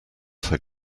had